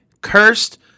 cursed